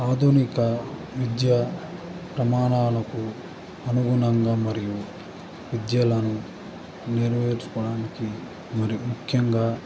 ఆధునిక విద్య ప్రమాణాలకు అనుగుణంగా మరియు విద్యలను నేర్చుకోడానికి మరి ముఖ్యంగా